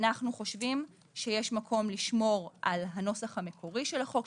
אנחנו חושבים שיש מקום לשמור על הנוסח המקורי של החוק,